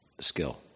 skill